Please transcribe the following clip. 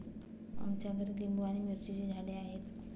आमच्या घरी लिंबू आणि मिरचीची झाडे आहेत